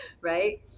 Right